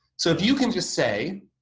so, if you can just say,